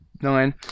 nine